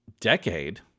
decade